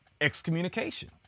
excommunication